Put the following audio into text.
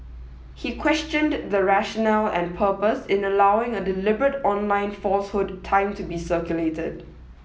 he questioned the rationale and purpose in allowing a deliberate online falsehood time to be circulated